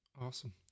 Awesome